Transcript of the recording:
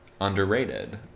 underrated